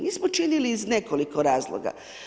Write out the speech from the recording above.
Nismo činili iz nekoliko razloga.